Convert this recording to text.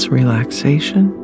relaxation